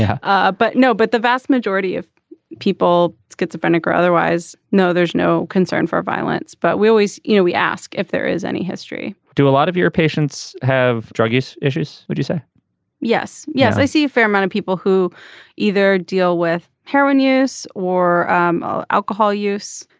yeah ah but no but the vast majority of people schizophrenic or otherwise. no there's no concern for violence but we always you know we ask if there is any history do a lot of your patients have drug use issues. would you say yes yes i see a fair amount of people who either deal with heroin use or um ah alcohol use.